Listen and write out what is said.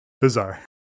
bizarre